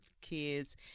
kids